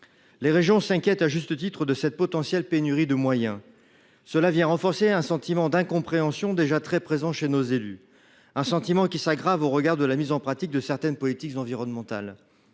Les régions s’inquiètent à juste titre de cette potentielle pénurie de moyens. Cela vient renforcer un sentiment d’incompréhension déjà très présent chez nos élus, un sentiment qui s’aggrave face à la mise en pratique de certaines politiques environnementales.